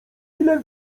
ile